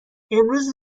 امروز